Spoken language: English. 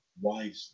wisely